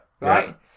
Right